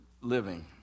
living